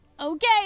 Okay